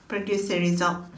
produce a result